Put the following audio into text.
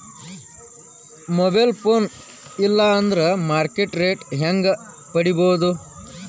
Mobile phone ಇಲ್ಲಾ ಅಂದ್ರ market rate ಹೆಂಗ್ ಪಡಿಬೋದು?